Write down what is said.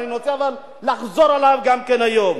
אבל אני מציע לחזור עליו גם היום: